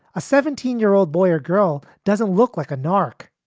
a seventeen year old boy or girl doesn't look like a narc.